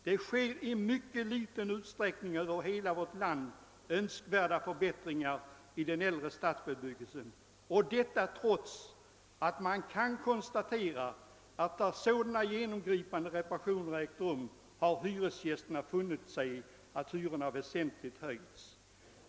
Det sker i mycket liten utsträckning över hela vårt land önskvärda förbättringar i den äldre stadsbebyggelsen, detta trots att man kan konstatera att där sådana genomgripande reparationer ägt rum hyresgästerna har funnit sig i att hyrorna väsentligt höjs.